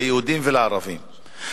ליהודים ולערבים,